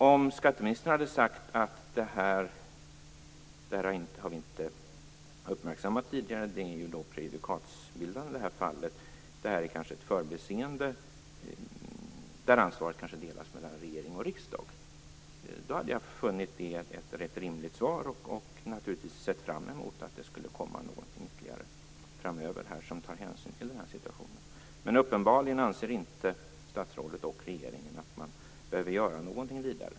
Om skatteministern hade sagt att man inte hade uppmärksammat detta tidigare, att det här fallet är prejudikatbildande, att det här kanske är ett förbiseende, där ansvaret delas mellan regering och riksdag, hade jag funnit det som ett rimligt svar. Jag hade då naturligtvis sett fram emot att det skulle komma något ytterligare framöver som tar hänsyn till den här situationen. Men uppenbarligen anser inte statsrådet och regeringen att man behöver göra någonting vidare.